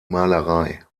malerei